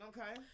Okay